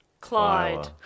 Clyde